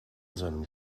seinem